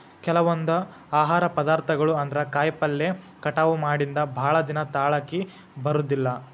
ಕೆಲವೊಂದ ಆಹಾರ ಪದಾರ್ಥಗಳು ಅಂದ್ರ ಕಾಯಿಪಲ್ಲೆ ಕಟಾವ ಮಾಡಿಂದ ಭಾಳದಿನಾ ತಾಳಕಿ ಬರುದಿಲ್ಲಾ